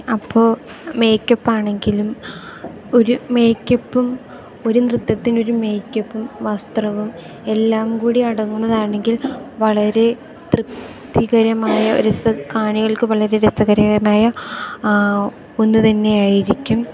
അപ്പോ മേക്കപ്പാണെങ്കിലും ഒരു മേക്കപ്പും ഒരു നൃത്തത്തിനൊരു മേക്കപ്പും വസ്ത്രവും എല്ലാം കൂടി അടങ്ങുന്നതാണെങ്കിൽ വളരെ തൃപ്തികരമായ രസ കാണികൾക്ക് വളരെ രസകരെമായ ഒന്ന് തന്നെയായിരിക്കും